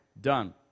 done